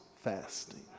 fasting